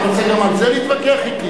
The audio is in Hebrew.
אתה רוצה גם על זה להתווכח אתי?